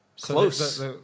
Close